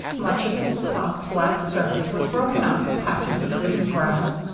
much of its soft black surface was broken out with patches of green grass,